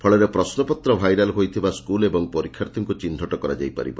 ଫଳରେ ପ୍ରଶ୍ୱପତ୍ର ଭାଇରାଲ୍ ହୋଇଥିବା ସ୍କୁଲ୍ ଏବଂ ପରୀକ୍ଷାର୍ଥୀଙ୍କୁ ଚିହ୍ଟ କରାଯାଇ ପାରିବ